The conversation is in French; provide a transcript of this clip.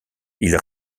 ils